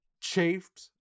chafed